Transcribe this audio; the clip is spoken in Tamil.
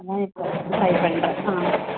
அதுதான் இப்போ ட்ரை பண்ணுறேன் ஆ